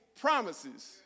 promises